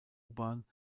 bahn